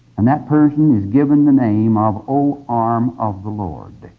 and that person is given the name of o arm of the lord.